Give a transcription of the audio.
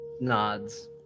nods